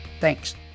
Thanks